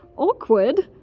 awkward.